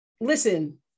listen